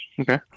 Okay